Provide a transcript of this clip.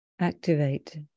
activate